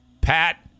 Pat